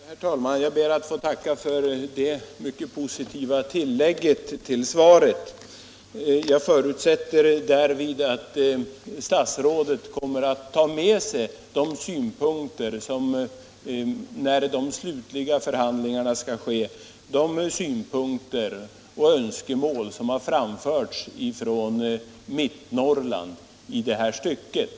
Herr talman! Jag ber att få tacka för det mycket positiva tillägget till svaret. Jag förutsätter att statsrådet — när de slutliga förhandlingarna skall ske — kommer att ta med sig de synpunkter och önskemål som har framförts från Mittnorrland i det här stycket.